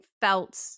felt